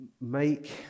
make